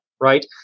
right